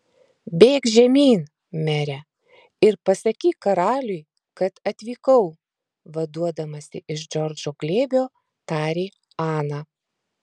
bėk žemyn mere ir pasakyk karaliui kad atvykau vaduodamasi iš džordžo glėbio tarė ana